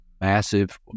massive